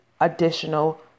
additional